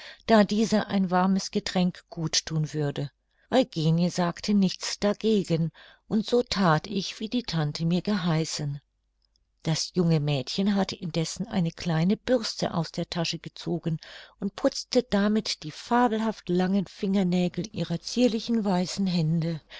da dieser ein warmes getränk gut thun würde eugenie sagte nichts dagegen und so that ich wie die tante mir geheißen das junge mädchen hatte indessen eine kleine bürste aus der tasche gezogen und putzte damit die fabelhaft langen fingernägel ihrer zierlichen weißen hände